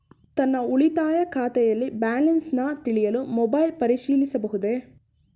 ನನ್ನ ಉಳಿತಾಯ ಖಾತೆಯಲ್ಲಿ ಬ್ಯಾಲೆನ್ಸ ತಿಳಿಯಲು ಮೊಬೈಲ್ ಪರಿಶೀಲಿಸಬಹುದೇ?